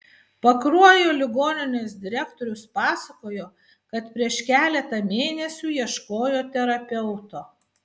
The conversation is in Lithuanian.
pakruojo ligoninės direktorius pasakojo kad prieš keletą mėnesių ieškojo terapeuto